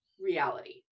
reality